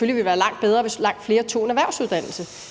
ville være langt bedre, hvis langt flere tog en erhvervsuddannelse,